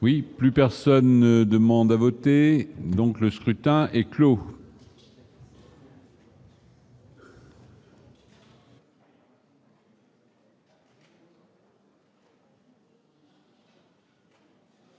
Oui, plus personne ne demande à voter, donc le scrutin est clos. Eh